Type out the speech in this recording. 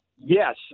Yes